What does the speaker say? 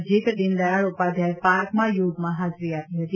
નજીક દીનદયાળ ઉપાધ્યાય પાર્કમાં યોગમાં ફાજરી આપી હતી